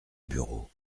bureau